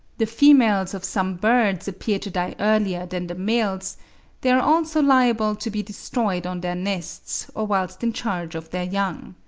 the females of some birds appear to die earlier than the males they are also liable to be destroyed on their nests, or whilst in charge of their young.